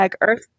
Earth